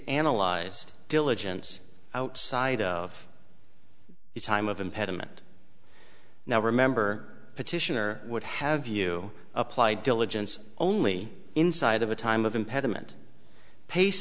analyzed diligence outside of the time of impediment now remember petitioner would have you apply diligence only inside of a time of impediment pace